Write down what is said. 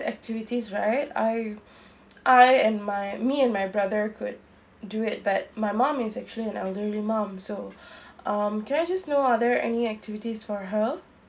activities right I I and my me and my brother could do it but my mum is actually an elderly mum so um can I just know are there any activities for her